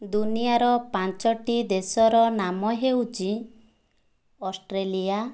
ଦୁନିଆଁର ପାଞ୍ଚଟି ଦେଶର ନାମ ହେଉଛି ଅଷ୍ଟ୍ରେଲିଆ